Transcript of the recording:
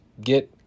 get